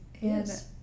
yes